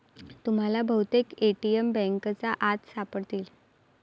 तुम्हाला बहुतेक ए.टी.एम बँकांच्या आत सापडतील